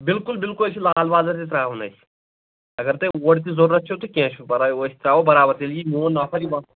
بِلکُل بِلکُل أسۍ چھِ لال بازر تہِ ترٛاوَن أسۍ اگر تۄہہِ اور تہِ ضروٗرت چھَو تہِ کیٚنٛہہ چھُنہٕ پرواے أسۍ ترٛاوو برابر تیٚلہِ یہِ میٛون نفر یِیہِ